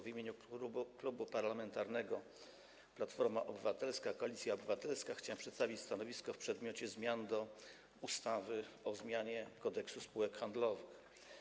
W imieniu Klubu Parlamentarnego Platforma Obywatelska - Koalicja Obywatelska chciałem przedstawić stanowisko w przedmiocie ustawy o zmianie ustawy Kodeks spółek handlowych.